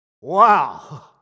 Wow